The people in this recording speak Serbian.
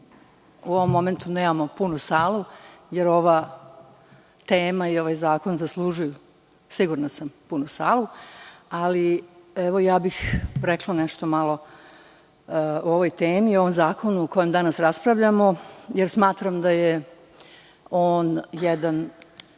u ovom momentu nemamo punu salu, jer ova tema i ovaj zakon zaslužuju punu salu. Rekla bih nešto malo o ovoj temi i o ovom zakonu o kojem danas raspravljamo, jer smatram da je on jedan